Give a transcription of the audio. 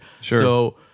Sure